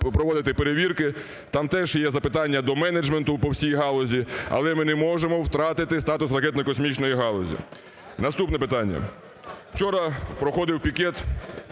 проводити перевірки, там теж є запитання до менеджменту по всій галузі, але ми не можемо втрати статус ракетно-космічної галузі. Наступне питання. Вчора проходив пікет